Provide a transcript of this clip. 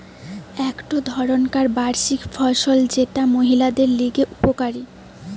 একটো ধরণকার বার্ষিক ফসল যেটা মহিলাদের লিগে উপকারী